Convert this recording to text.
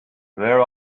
where